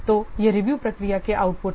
तो ये रिव्यू प्रक्रिया के आउटपुट हैं